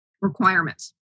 requirements